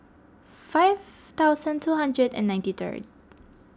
five thousand two hundred and ninety third